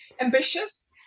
ambitious